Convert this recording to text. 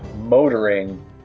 motoring